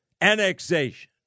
annexation